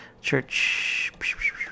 Church